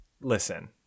listen